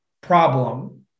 problem